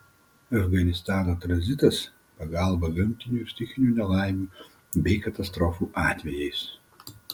afganistano tranzitas pagalba gamtinių ir stichinių nelaimių bei katastrofų atvejais